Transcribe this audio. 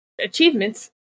achievements